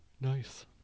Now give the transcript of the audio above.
Nice